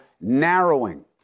narrowing